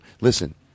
listen